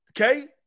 Okay